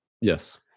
Yes